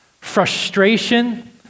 frustration